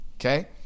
Okay